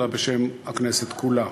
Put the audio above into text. אלא בשם הכנסת כולה.